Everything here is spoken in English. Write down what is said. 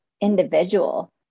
individual